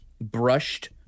brushed